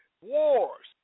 wars